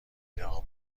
داغ